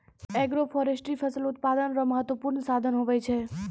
agroforestry फसल उत्पादन रो महत्वपूर्ण साधन हुवै छै